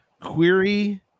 query